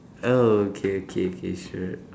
oh okay okay okay sure